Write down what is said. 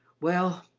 well,